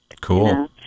Cool